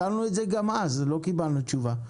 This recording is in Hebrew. שאלנו את זה גם אז, לא קיבלנו תשובה.